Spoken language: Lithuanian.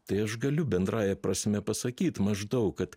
tai aš galiu bendrąja prasme pasakyt maždaug kad